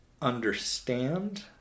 understand